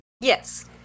Yes